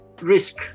risk